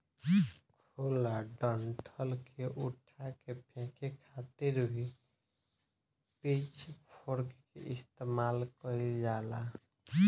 खुला डंठल के उठा के फेके खातिर भी पिच फोर्क के इस्तेमाल कईल जाला